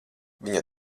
viņa